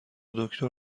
دکتر